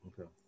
okay